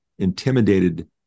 intimidated